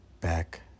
back